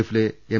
എഫിലെ എം